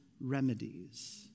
remedies